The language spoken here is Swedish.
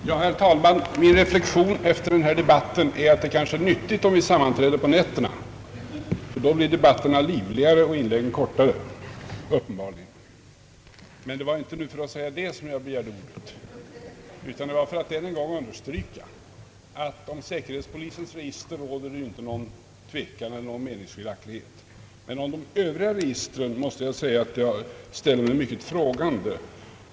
Herr talman! Min reflexion efter denna debatt är att det kanske är nyttigt att sammanträda på nätterna för då blir uppenbarligen debatterna livligare och inläggen kortare. Det var inte för att säga detta jag begärde ordet, utan det var för att än en gång understryka att det om säkerhetspolisens register inte råder någon meningsskiljaktighet. Om de övriga registren måste jag däremot säga att jag ställer mig mycket frågande.